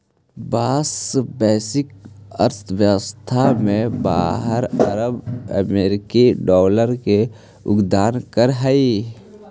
बाँस वैश्विक अर्थव्यवस्था में बारह अरब अमेरिकी डॉलर के योगदान करऽ हइ